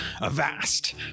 avast